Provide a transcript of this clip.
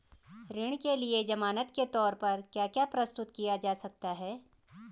ऋण के लिए ज़मानात के तोर पर क्या क्या प्रस्तुत किया जा सकता है?